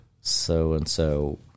so-and-so